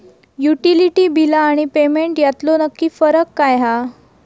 Utility बिला आणि payment यातलो नक्की फरक काय हा?